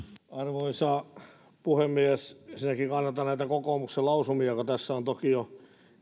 arvoisa puhemies ensinnäkin kannatan näitä kokoomuksen lausumia joita tässä on toki jo